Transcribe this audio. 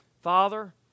Father